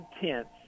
intense